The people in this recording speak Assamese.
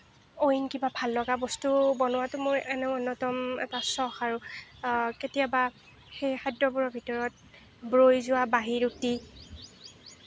অইন কিবা ভাল লগা বস্তু বনোৱাটো মোৰ এনেও অন্যতম এটা চখ আৰু কেতিয়াবা সেই খাদ্যবোৰৰ ভিতৰত ৰৈ যোৱা বাহি ৰুটি